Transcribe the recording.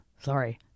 Sorry